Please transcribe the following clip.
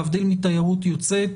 להבדיל מתיירות יוצאת,